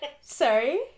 sorry